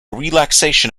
relaxation